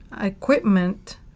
equipment